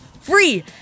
Free